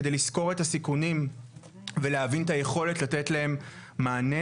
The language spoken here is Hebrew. כדי לסקור את הסיכונים ולהבין את היכולת לתת להם מענה